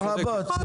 צודקת.